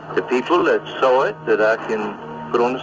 the people that saw it that ah but um